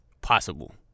possible